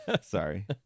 sorry